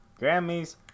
grammys